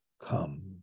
come